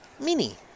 Mini